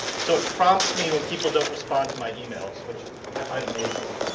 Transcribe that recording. so, it prompts me when people don't respond to my emails, which i find amazingly